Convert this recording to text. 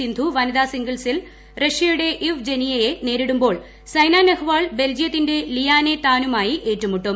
സിന്ധു വനിതാ സിംഗിൾസിൽ റഷ്യയുടെ ഇവ്ജെനിയയെ നേരിടുമ്പോൾ സൈന നെഹ്വാൾ ബെൽജിയത്തിന്റെ ലിയാനേ താനുമായി ഏറ്റുമുട്ടും